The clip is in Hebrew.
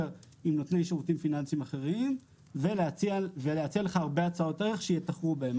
עם נותני שירותים פיננסיים אחרים ולהציע לך הרבה הצעות דרך שיתחרו בהם,